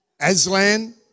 Aslan